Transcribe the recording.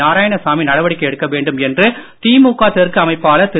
நாராயணசாமி நடவடிக்கை எடுக்க வேண்டும் என்று திமுக தெற்கு அமைப்பாளர் திரு